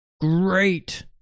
great